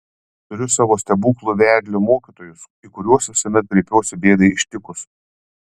turiu savo stebuklų vedlio mokytojus į kuriuos visuomet kreipiuosi bėdai ištikus